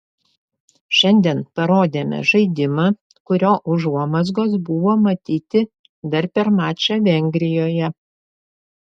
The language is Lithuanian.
šiandien parodėme žaidimą kurio užuomazgos buvo matyti dar per mačą vengrijoje